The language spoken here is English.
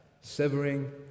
severing